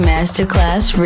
Masterclass